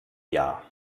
jahr